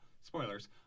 spoilers